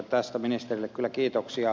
tästä ministerille kyllä kiitoksia